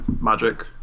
Magic